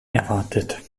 erwartet